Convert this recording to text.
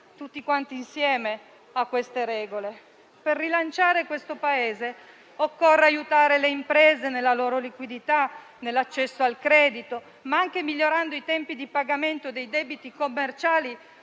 tutti insieme a queste regole. Per rilanciare questo Paese occorre aiutare le imprese nella loro liquidità e nell'accesso al credito, ma anche migliorando i tempi di pagamento dei debiti commerciali